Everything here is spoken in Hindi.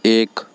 एक